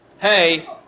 hey